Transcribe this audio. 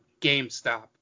GameStop